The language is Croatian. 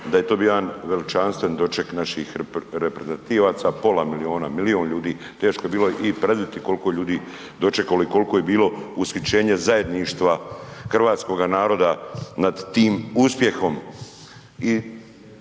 da je to bio veličanstven doček naših reprezentativaca, pola miliona, milion ljudi, teško je bilo i predviditi koliko je ljudi dočekalo i koliko je bilo ushićenje zajedništava hrvatskoga naroda nad tim uspjehom.